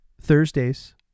Thursdays